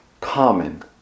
common